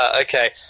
Okay